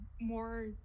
more